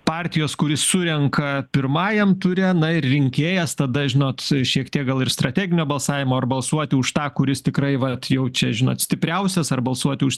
partijos kuri surenka pirmajam ture na rinkėjas tada žinot šiek tiek gal ir strateginio balsavimo ar balsuoti už tą kuris tikrai vat jau čia žinot stipriausias ar balsuoti už